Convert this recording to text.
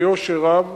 ביושר רב,